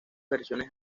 versiones